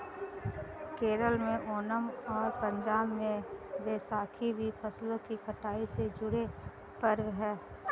केरल में ओनम और पंजाब में बैसाखी भी फसलों की कटाई से जुड़े पर्व हैं